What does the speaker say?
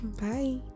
Bye